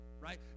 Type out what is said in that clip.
right